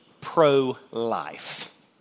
pro-life